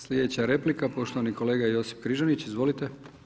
Sljedeća replika poštovani kolega Josip Križanić, izvolite.